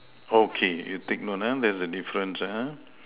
okay you take note ah there's a difference ah